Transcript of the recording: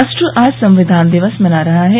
राष्ट्र आज संविधान दिवस मना रहा है